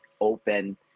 open